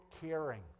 caring